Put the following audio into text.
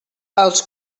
els